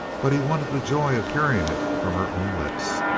but he wanted the joy of hearing it from her own lips.